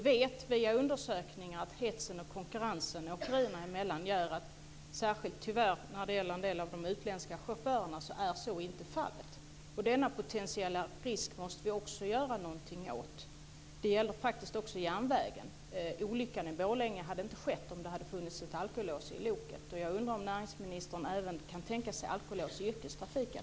Via undersökningar vet vi att hetsen och konkurrensen åkerierna emellan gör att - särskilt när det gäller en del av de utländska chaufförerna, tyvärr - så inte är fallet. Denna potentiella risk måste vi också göra någonting åt. Detta gäller faktiskt också järnvägen. Olyckan i Borlänge hade inte skett om det hade funnits alkolås i loket. Jag undrar om näringsministern kan tänka sig alkolås även i yrkestrafiken.